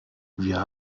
wir